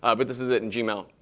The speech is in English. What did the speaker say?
ah but this is it and gmail.